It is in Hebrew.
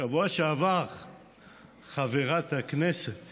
בשבוע שעבר חברת הכנסת